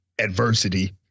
adversity